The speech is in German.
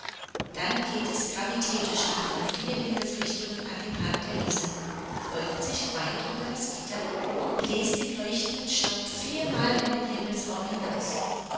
dann geht er gravitätisch nach den vier himmelsrichtungen an den rand der wiese beugt sich weit über das gitter und bläst den leuchtenden staub viermal in den himmelsraum hinaus